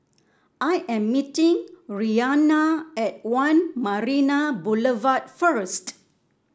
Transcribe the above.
I am meeting Rianna at One Marina Boulevard first